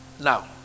Now